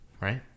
right